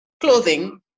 clothing